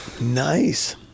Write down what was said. Nice